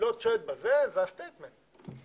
תליית שלט זה statement משמעותי.